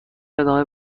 ادامه